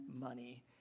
money